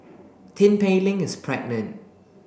Tin Pei Ling is pregnant